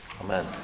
Amen